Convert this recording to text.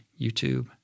YouTube